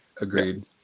Agreed